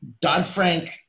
Dodd-Frank